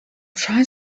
trying